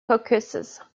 caucuses